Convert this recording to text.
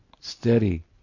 Steady